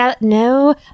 No